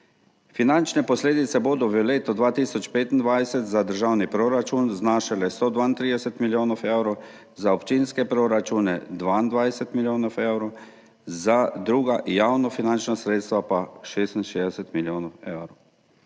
Finančne posledice bodo v letu 2025 za državni proračun znašale 132 milijonov evrov, za občinske proračune 22 milijonov evrov, za druga javnofinančna sredstva pa 66 milijonov evrov.